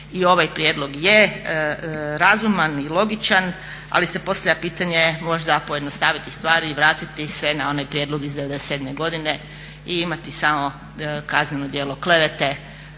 i ovaj prijedlog razuman i logičan, ali se postavlja pitanje možda pojednostaviti stvari i vratiti sve na onaj prijedlog iz '97.godine i imati samo kazneno djelo klevete